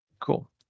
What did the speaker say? Cool